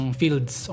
fields